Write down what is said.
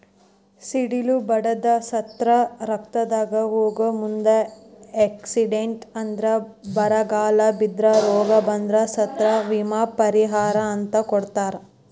ಸಿಡಿಲ ಬಡದ ಸತ್ರ ರಸ್ತಾದಾಗ ಹೋಗು ಮುಂದ ಎಕ್ಸಿಡೆಂಟ್ ಆದ್ರ ಬರಗಾಲ ಬಿದ್ರ ರೋಗ ಬಂದ್ರ ಸತ್ರ ವಿಮಾ ಪರಿಹಾರ ಅಂತ ಕೊಡತಾರ